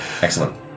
excellent